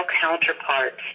counterparts